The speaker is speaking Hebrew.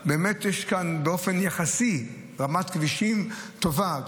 באופן יחסי יש כאן רמת כבישים טובה,